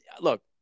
look